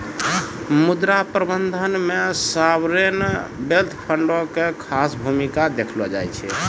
मुद्रा प्रबंधन मे सावरेन वेल्थ फंडो के खास भूमिका देखलो जाय छै